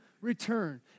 return